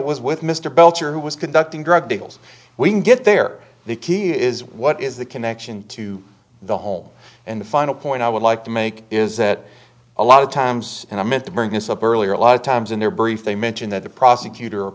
was with mr belcher who was conducting drug deals we can get there the key is what is the connection to the home and the final point i would like to make is that a lot of times and i meant to bring this up earlier a lot of times in their brief they mention that the prosecutor